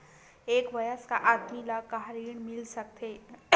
एक वयस्क आदमी ल का ऋण मिल सकथे?